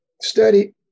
study